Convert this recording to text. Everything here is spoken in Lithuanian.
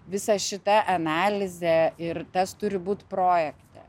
visą šitą analizę ir tas turi būt projekte